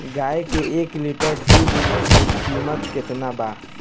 गाय के एक लीटर दुध के कीमत केतना बा?